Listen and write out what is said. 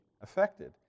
affected